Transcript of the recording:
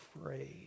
afraid